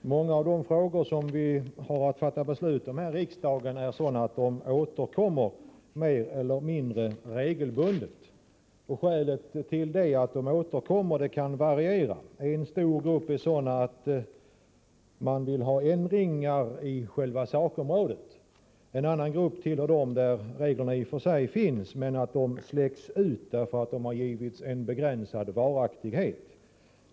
Många av de frågor som vi har att fatta beslut om här i riksdagen är sådana att de återkommer mer eller mindre regelbundet. Skälen till att de återkommer kan variera. En stor grupp är sådana frågor där man vill ha ändringar i själva sakförhållandet. En annan grupp tillhör den där reglerna i och för sig finns, men de släcks ut därför att de har givits en begränsad varaktighet.